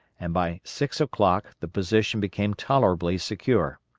and by six o'clock the position became tolerably secure.